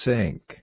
Sink